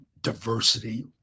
diversity